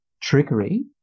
trickery